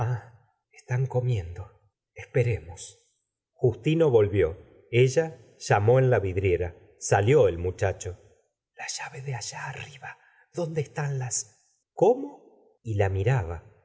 están comiendo esperemos justino volvió ella llamó en la vidriera salió el muchacho la llave de allá arriba donde están las cómo y la miraba